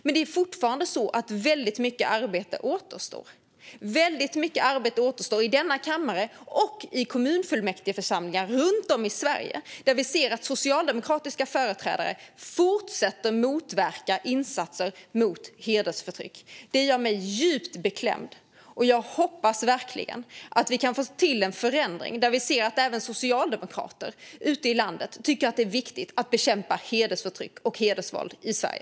Men mycket arbete återstår, både här i kammaren och i kommunfullmäktigeförsamlingar runt om i Sverige där socialdemokratiska företrädare fortsätter att motverka insatser mot hedersförtryck, vilket gör mig djupt beklämd. Jag hoppas verkligen att vi kan få till en förändring där även socialdemokrater ute i landet tycker att det är viktigt att bekämpa hedersförtryck och hedersvåld i Sverige.